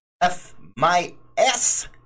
F-my-s